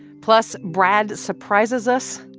plus, brad surprises us,